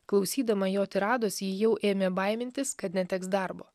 klausydama jo tirados ji jau ėmė baimintis kad neteks darbo